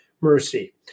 mercy